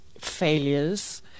failures